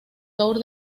tour